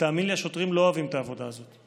ותאמין לי, השוטרים לא אוהבים את העבודה הזאת.